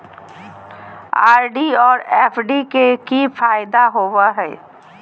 RD और FD के की फायदा होबो हइ?